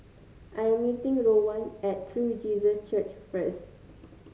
I am meeting Rowan at True Jesus Church first